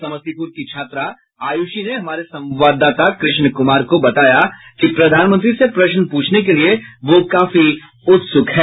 समस्तीपुर की छात्रा आयुषी ने हमारे संवाददाता कृष्ण कुमार को बताया कि प्रधानमंत्री से प्रश्न प्रछने के लिए वह काफी उत्सुक है